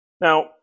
Now